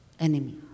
enemy